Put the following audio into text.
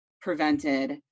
prevented